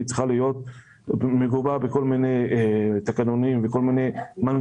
היא צריכה להיות מגובה בכל מיני תקנונים ומנגנונים